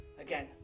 again